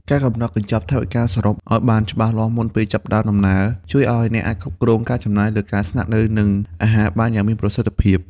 ការកំណត់កញ្ចប់ថវិកាសរុបឱ្យបានច្បាស់លាស់មុនពេលចាប់ផ្តើមដំណើរ ជួយឱ្យអ្នកអាចគ្រប់គ្រងការចំណាយលើការស្នាក់នៅ និងអាហារបានយ៉ាងមានប្រសិទ្ធភាព។